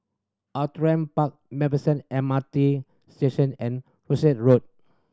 Outram Park Macpherson M R T Station and Rosyth Road